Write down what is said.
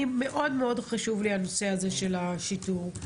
מאוד חשוב לי הנושא הזה של השיטור,